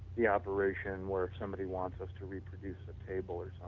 the operation where somebody wants us to reproduce the table or